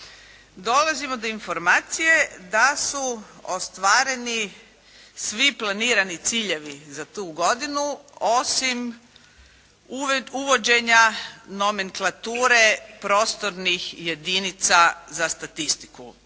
Dolazimo do informacije da su ostvareni svi planirani ciljevi za tu godinu, osim uvođenja nomenklature prostornih jedinica za statistiku.